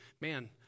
man